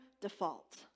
default